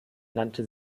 nannte